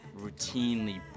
routinely